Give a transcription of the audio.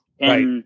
Right